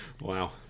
Wow